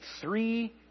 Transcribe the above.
three